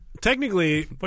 Technically